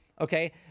Okay